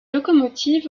locomotives